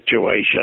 situation